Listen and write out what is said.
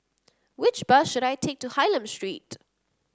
which bus should I take to Hylam Street